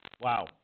Wow